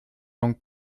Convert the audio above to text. donc